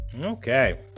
Okay